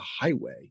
highway